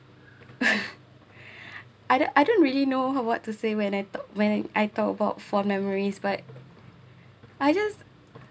I don't I don't really you know what to say when I talk when I talk about for memories but I just